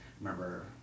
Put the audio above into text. remember